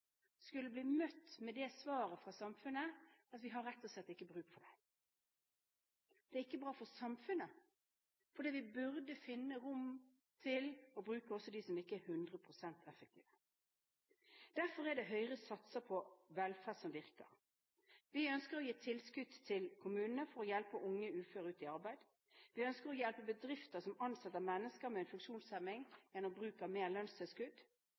skulle bli møtt med det svaret fra samfunnet at det er rett og slett ikke bruk for deg. Det er ikke bra for samfunnet, for vi burde finne rom til å bruke også dem som ikke er 100 pst. effektive. Derfor satser Høyre på velferd som virker. Vi ønsker å gi tilskudd til kommunene for å hjelpe unge uføre ut i arbeid, og vi ønsker å hjelpe bedrifter som ansetter mennesker med en funksjonshemning, gjennom bruk av mer lønnstilskudd.